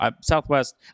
Southwest